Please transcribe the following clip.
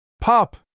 Pop